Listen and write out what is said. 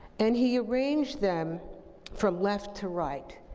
and he arranged them from left to right.